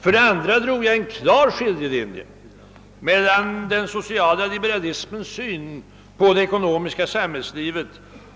För det andra drog jag upp en klar skiljelinje mellan den sociala liberalismens syn på det ekonomiska samhällslivet